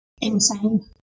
insane